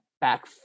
back